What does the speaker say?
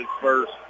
first